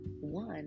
one